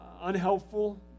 unhelpful